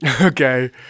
Okay